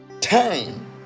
time